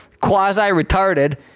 quasi-retarded